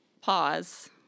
pause